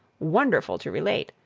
wonderful to relate,